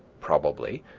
probably,